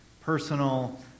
personal